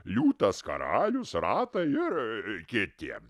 liūtas karalius ratai ir kiti